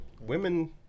Women